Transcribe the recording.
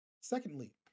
Secondly